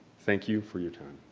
thank you for your time.